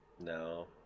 No